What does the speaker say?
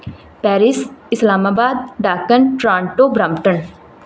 Paris Islamabad ਡਾਕਨ Toronto Brampton